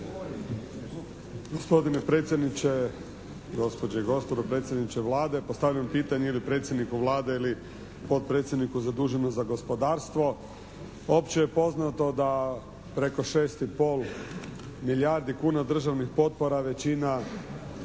Gospodine predsjedniče, gospođe i gospodo, predsjedniče Vlade! Postavljam pitanje ili predsjedniku Vlade ili potpredsjedniku zaduženom za gospodarstvo. Opće je poznato da preko 6,5 milijardi kuna državnih potpora većina